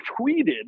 tweeted